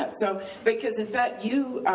that. so because in fact, you,